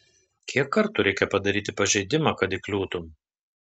kiek kartų reikia padaryti pažeidimą kad įkliūtum